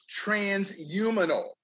transhumanal